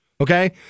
Okay